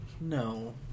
No